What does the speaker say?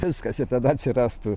viskas ir tada atsirastų